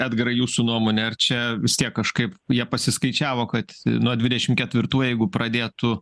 edgarai jūsų nuomone ar čia vis tiek kažkaip jie pasiskaičiavo kad nuo dvidešim ketvirtų jeigu pradėtų